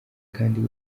kandi